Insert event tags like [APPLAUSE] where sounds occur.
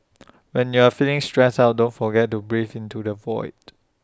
[NOISE] when you're feeling stressed out don't forget to breathe into the void